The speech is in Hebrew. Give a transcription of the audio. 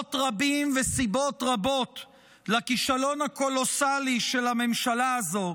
אבות רבים וסיבות רבות לכישלון הקולוסלי של הממשלה הזו,